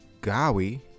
Gawi